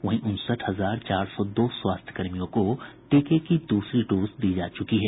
वहीं उनसठ हजार चार सौ दो स्वास्थ्य कर्मियों को टीके की द्रसरी डोज दी जा चुकी है